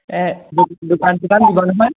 দোকান চোকান দিব নহয়